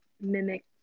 mimic